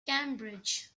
cambridge